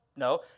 No